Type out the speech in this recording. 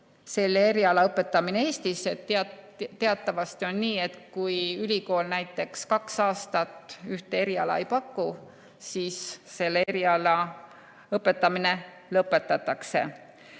selle eriala õpetamine Eestis. Teatavasti on nii, et kui ülikool näiteks kaks aastat ühte eriala ei paku, siis selle eriala õpetamine lõpetatakse.